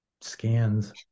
scans